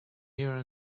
here